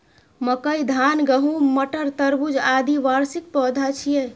मकई, धान, गहूम, मटर, तरबूज, आदि वार्षिक पौधा छियै